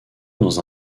dans